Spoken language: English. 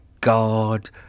God